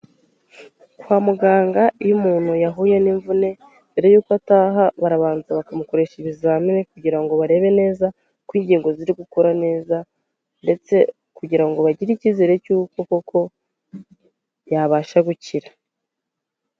Kwa muganga iyo umuntu yahuye n'imvune, mbere y'uko ataha barabanza bakamukoresha ibizamini, kugira ngo barebe neza ko ingingo ziri gukora neza, ndetse kugira ngo bagire icyizere cy'uko koko, yabasha gukira.